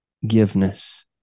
forgiveness